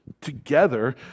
together